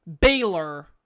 Baylor